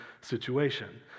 situation